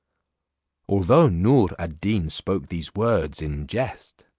although noor ad deen spoke these words in jest,